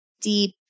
deep